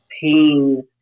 pain